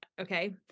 Okay